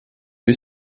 bin